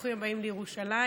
ברוכים הבאים לירושלים,